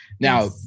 Now